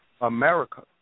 America